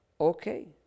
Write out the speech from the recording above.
okay